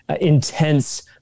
intense